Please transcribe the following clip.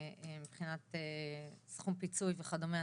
מבחינת סכום פיצוי וכדומה,